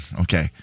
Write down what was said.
okay